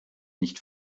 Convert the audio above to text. nicht